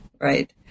right